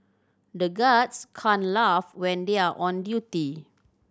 the guards can't laugh when they are on duty